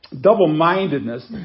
double-mindedness